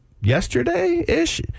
yesterday-ish